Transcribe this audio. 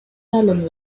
salem